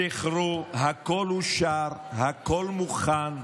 זכרו, הכול אושר, הכול מוכן.